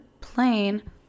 plane